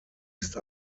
ist